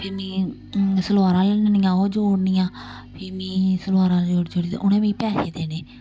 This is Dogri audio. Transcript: फ्ही मी सलवारां लेआननियां ओह् जोड़नियां फ्ही मी सलवारां जोड़ी जोड़ी ते उ'नें मिगी पैहे देने